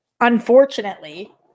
Unfortunately